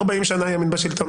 40 שנה הימין בשלטון.